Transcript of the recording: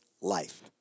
life